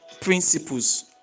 principles